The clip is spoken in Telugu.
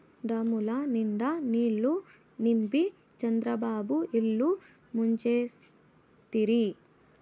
డాముల నిండా నీళ్ళు నింపి చంద్రబాబు ఇల్లు ముంచేస్తిరి